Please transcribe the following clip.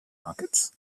markets